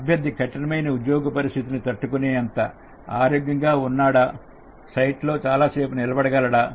అభ్యర్థి కఠినమైన ఉద్యోగ పరిస్థితిని తట్టుకునే అంత ఆరోగ్యంగా ఉన్నాడా సైట్ లో చాలాసేపు నిలబడగలదా